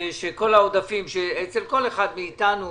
כאשר כל העודפים כאשר אצל כל אחד מאיתנו